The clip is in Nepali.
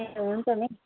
ए हुन्छ मिस